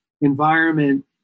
environment